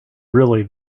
really